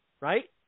right